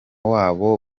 wabo